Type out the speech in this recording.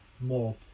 more